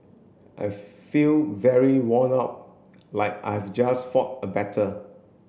I feel very worn out like I've just fought a battle